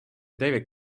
david